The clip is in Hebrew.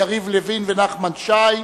יריב לוין ונחמן שי.